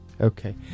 Okay